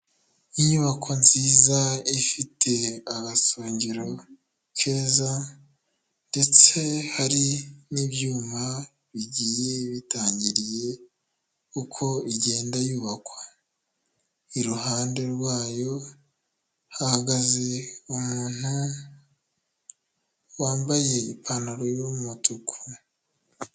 Inyubako nziza ifite agasongero keza ndetse hari n'ibyuma bigiye bitangiriye uko igenda yubakwa. iruhande rwayo hahagaze umuntu wambaye ipantaro y'umutuku.